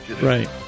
right